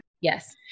Yes